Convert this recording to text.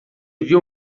viu